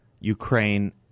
Ukraine